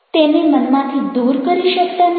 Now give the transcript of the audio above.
તેને મનમાંથી દૂર કરી શકતા નથી